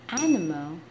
animal